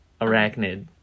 Arachnid